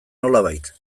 nolabait